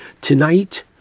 Tonight